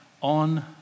on